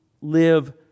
live